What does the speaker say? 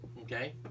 Okay